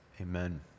Amen